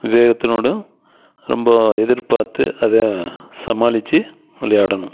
விவேகத்தினோடும் ரொம்ப எதிர்பார்த்து அதை சமாளிச்சி விளையாடணும்